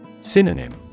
Synonym